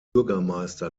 bürgermeister